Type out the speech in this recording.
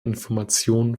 information